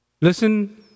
Listen